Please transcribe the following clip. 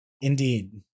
Indeed